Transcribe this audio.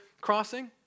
crossing